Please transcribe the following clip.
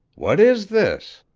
what is this?